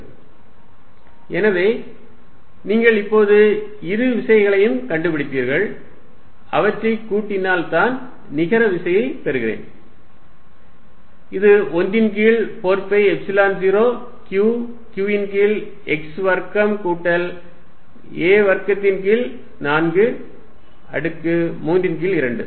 F214π0Qqxxa2yx2a2432 எனவே நீங்கள் இப்போது இரு விசைகளையும் கண்டுபிடித்தீர்கள் அவற்றைச் கூட்டினால் நான் நிகர விசையைப் பெறுகிறேன் இது 1 ன் கீழ் 4 பை எப்சிலன் 0 Q q ன் கீழ் x வர்க்கம் கூட்டல் a வர்க்கத்தின் கீழ் 4 அடுக்கு 3 ன் கீழ் 2